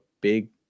big